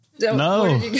No